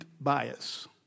bias